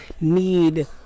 need